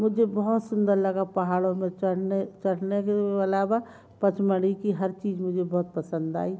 मुझे बहुत सुंदर लगा पहाड़ो में चढ़ने चढ़ने के अलावा पचमढ़ी की हर चीज़ मुझे बहुत पसंद आई